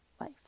life